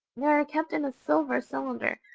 they are kept in a silver cylinder,